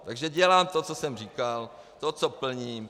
Takže dělám to, co jsem říkal, to co plním.